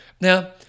Now